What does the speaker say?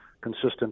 consistent